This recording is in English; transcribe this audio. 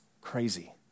crazy